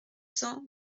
cents